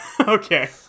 Okay